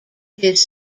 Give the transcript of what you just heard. his